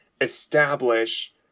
establish